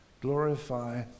Glorify